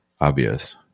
obvious